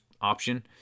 option